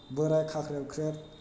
बोराय खाख्रेब ख्रेब